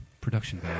production